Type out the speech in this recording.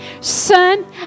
son